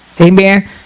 Amen